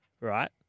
right